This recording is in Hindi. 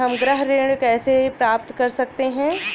हम गृह ऋण कैसे प्राप्त कर सकते हैं?